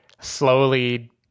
slowly